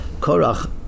Korach